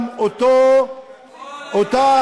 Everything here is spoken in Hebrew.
כבני-אדם אותה,